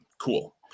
cool